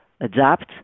adapt